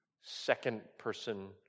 second-person